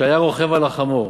שהיה רוכב על החמור,